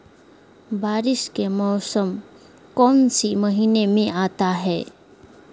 बारिस के मौसम कौन सी महीने में आता है?